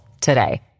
today